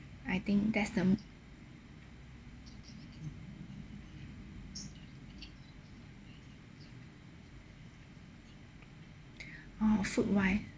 I think there's them oh food wise